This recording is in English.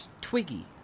Twiggy